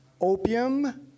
opium